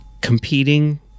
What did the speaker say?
competing